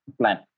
plan